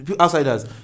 outsiders